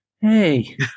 Hey